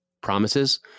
promises